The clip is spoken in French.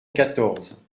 quatorze